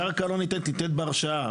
הקרקע לא ניתנת, היא ניתנת בהרשאה.